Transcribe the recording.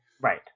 Right